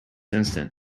instant